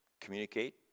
communicate